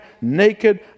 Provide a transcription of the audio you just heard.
naked